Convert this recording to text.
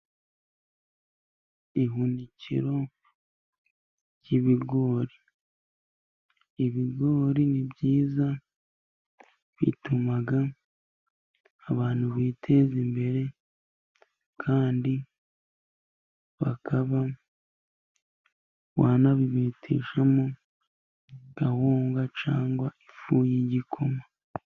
Ihunikiro ry'ibigori, ibigori ni byiza bituma abantu biteza imbere, kandi bakaba banabibeteshamo gahunga cyangwa ifu y'igikoma.